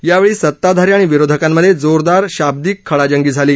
यावेळी सताधारी आणि विरोधकांमध्ये जोरदार शाब्दिक खडाजंगी झाली